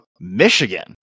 Michigan